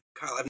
Kyle